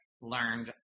learned